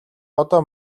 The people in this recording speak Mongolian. одоо